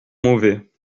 mauvais